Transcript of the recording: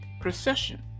procession